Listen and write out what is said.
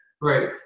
Right